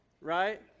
right